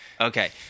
Okay